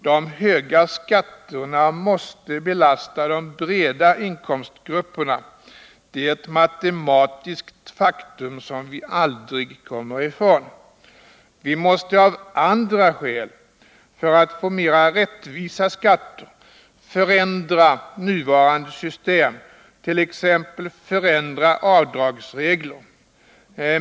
De höga skatterna måste belasta de breda inkomstgrupperna — det är ett matematiskt faktum som vi aldrig kommer ifrån. Vi måste av andra skäl — för att få mer rättvisa skatter — förändra nuvarande system, t.ex. förändra avdragsregler.